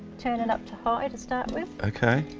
turn it up to high to start with. okay.